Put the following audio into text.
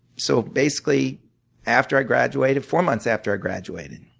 so basically after i graduated, four months after i graduated,